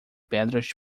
pedras